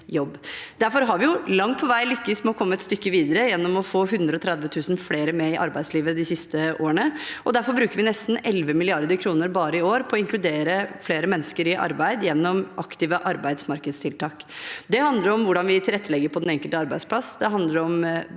Derfor har vi jo langt på vei lykkes med å komme et stykke videre gjennom å få 130 000 flere med i arbeidslivet de siste årene, og derfor bruker vi nesten 11 mrd. kr bare i år på å inkludere flere mennesker i arbeid gjennom aktive arbeidsmarkedstiltak. Det handler om hvordan vi tilrettelegger på den enkelte arbeidsplass,